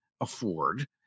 afford